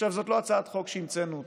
זאת לא הצעת חוק שהמצאנו.